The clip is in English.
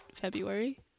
February